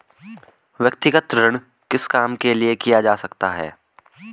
व्यक्तिगत ऋण किस काम के लिए किया जा सकता है?